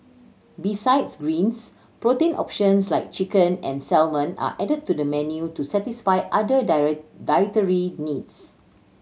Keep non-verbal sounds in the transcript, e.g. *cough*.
besides greens protein options like chicken and salmon are added to the menu to satisfy other *unintelligible* dietary needs